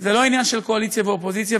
זה לא עניין של קואליציה ואופוזיציה.